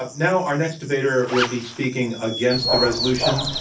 ah now, our next debater will be speaking against the resolution.